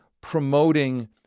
promoting